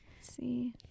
See